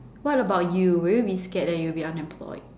what about you will you be scared that you'll be unemployed